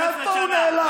איפה הוא נעלם?